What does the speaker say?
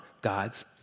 God's